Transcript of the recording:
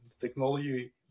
technology